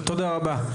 תודה רבה.